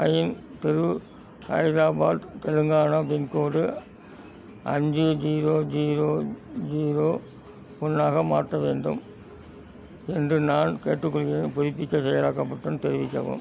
pine தெரு Hyderabad Telangana pin code அஞ்சு zero zero zero zero ஒன்று ஆக மாற்ற வேண்டும் என்று நான் கேட்டுக்கொள்கிறேன் புதுப்பிப்பு செயலாக்கப்பட்டவுடன் தெரிவிக்கவும்